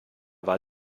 war